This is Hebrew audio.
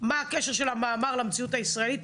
מה הקשר של המאמר למציאות הישראלית.